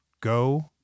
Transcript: go